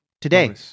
today